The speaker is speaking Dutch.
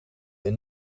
een